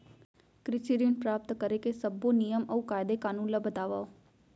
कृषि ऋण प्राप्त करेके सब्बो नियम अऊ कायदे कानून ला बतावव?